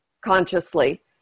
consciously